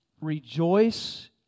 Rejoice